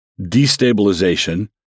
destabilization